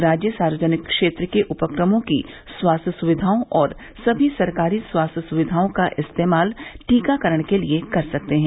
राज्य सार्वजनिक क्षेत्र के उपक्रमों की स्वास्थ्य सुविघाओं और सभी सरकारी स्वास्थ्य सुविघाओं का इस्तेमाल टीकाकरण के लिए कर सकते हैं